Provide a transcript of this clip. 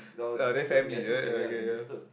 ya then family right uh okay ya